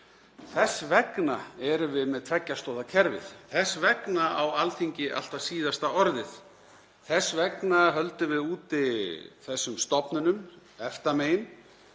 Þess vegna erum við með tveggja stoða kerfið. Þess vegna á Alþingi alltaf síðasta orðið. Þess vegna höldum við úti þessum stofnunum EFTA-megin